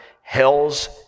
Hell's